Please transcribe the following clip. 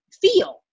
feel